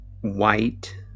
white